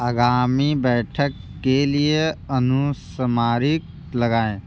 आगामी बैठक के लिए अनुस्मारीक लगाएँ